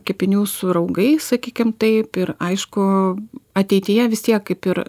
kepinių su raugais sakykim taip ir aišku ateityje vis tiek kaip ir